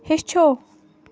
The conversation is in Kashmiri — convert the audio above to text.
ہیٚچھو